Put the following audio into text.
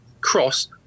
cross